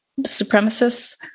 supremacists